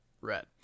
red